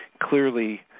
Clearly